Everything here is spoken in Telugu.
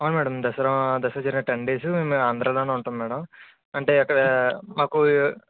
అవును మ్యాడమ్ దసరా దసరా జరిగే టెన్ డేస్ మేము ఆంధ్రాలోనే ఉంటాం మ్యాడమ్ అంటే అక్కడ మాకు